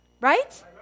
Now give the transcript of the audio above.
Right